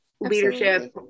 leadership